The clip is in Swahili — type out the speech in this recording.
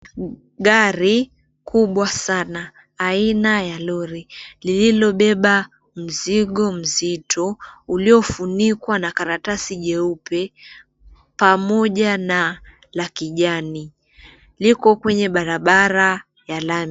Gari kubwa sana aina ya lori, lililobeba mzigo mzito uliofunikwa na karatasi jeupe pamoja na la kijani. Liko kwenye barabara ya lami.